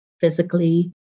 physically